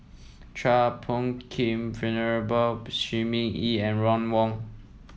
Chua Phung Kim Venerable Shi Ming Yi and Ron Wong